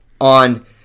on